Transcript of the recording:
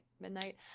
midnight